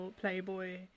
playboy